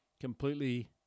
completely